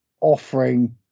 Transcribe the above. offering